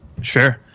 Sure